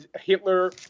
Hitler